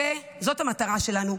זאת המטרה שלנו,